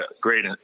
great